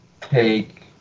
take